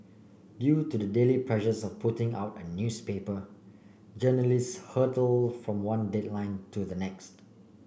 due to the daily pressures of putting out a newspaper journalists hurtle from one deadline to the next